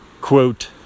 quote